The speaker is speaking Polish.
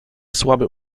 słaby